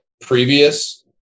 previous